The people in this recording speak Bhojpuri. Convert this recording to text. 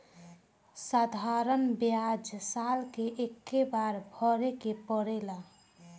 साधारण ब्याज साल मे एक्के बार भरे के पड़ेला